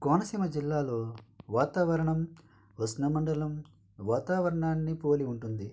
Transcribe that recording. కోనసీమ జిల్లాలో వాతావరణం ఉష్ణమండలం వాతావరణాన్ని పోలి ఉంటుంది